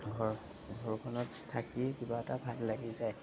ঘৰ ঘৰখনত থাকি কিবা এটা ভাল লাগি যায়